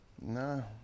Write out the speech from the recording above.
No